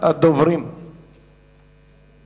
בירור קבילות שוטרים והוראות שונות)